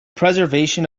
preservation